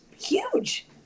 huge